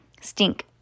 Stink